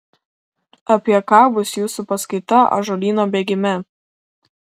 apie ką bus jūsų paskaita ąžuolyno bėgime